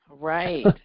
Right